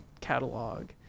catalog